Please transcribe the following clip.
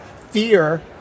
Fear